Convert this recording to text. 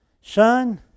Son